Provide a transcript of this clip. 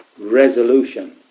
resolution